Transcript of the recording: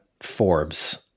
Forbes